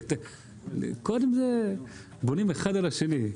קודם בונים אחד על השני.